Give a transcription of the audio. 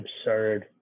absurd